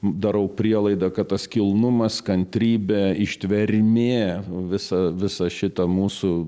darau prielaidą kad tas kilnumas kantrybė ištvermė visą visą šitą mūsų